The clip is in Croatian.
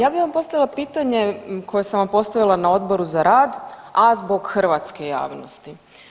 Ja bih vam postavila pitanje koje sam vam postavila na Odboru za rad, a zbog hrvatske javnosti.